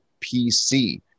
PC